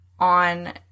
on